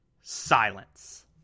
Silence